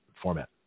format